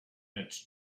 its